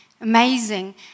Amazing